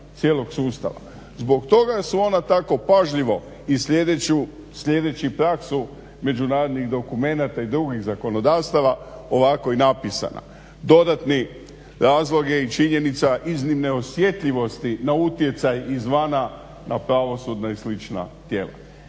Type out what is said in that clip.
Zbog toga su ona tako pažljivo i sljedeći praksu međunarodnih dokumenata i drugih zakonodavstva ovako i napisana. Dodatni razlog je činjenica iznimne osjetljivosti na utjecaj izvana na pravosudne i slična tijela.